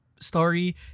story